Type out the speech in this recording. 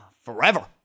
forever